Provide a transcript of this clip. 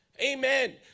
Amen